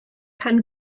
pan